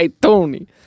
Tony